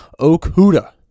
Okuda